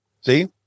See